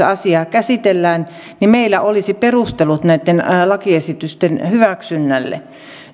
asiaa käsitellään meillä olisi perustelut näitten lakiesitysten hyväksynnälle